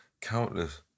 countless